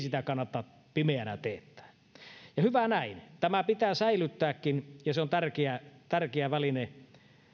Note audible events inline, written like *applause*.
*unintelligible* sitä kannata pimeänä teettää ja hyvä näin tämä pitää säilyttääkin ja se on tärkeä tärkeä väline